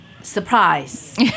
Surprise